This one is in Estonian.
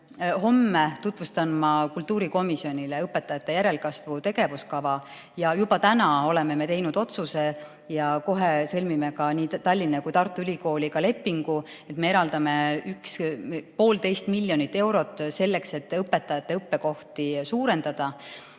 homme tutvustan ma kultuurikomisjonile õpetajate järelkasvu tegevuskava. Ja juba täna oleme me teinud otsuse ja kohe sõlmime ka nii Tallinna kui ka Tartu ülikooliga lepingu, et me eraldame 1,5 miljonit eurot selleks, et õpetajate õppekohtade arvu suurendada.